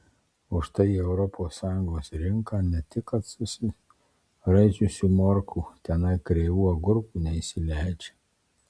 o štai į europos sąjungos rinką ne tik kad susiraičiusių morkų tenai kreivų agurkų neįsileidžia